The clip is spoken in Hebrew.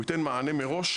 הוא ייתן מענה מראש,